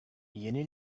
yeni